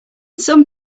some